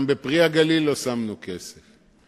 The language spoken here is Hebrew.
גם ב"פרי הגליל" לא שמנו כסף,